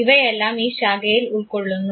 ഇവയെല്ലാം ഈ ശാഖയിൽ ഉൾക്കൊള്ളുന്നു